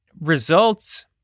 results